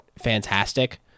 fantastic